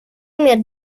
med